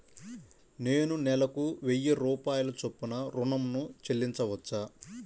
నేను నెలకు వెయ్యి రూపాయల చొప్పున ఋణం ను చెల్లించవచ్చా?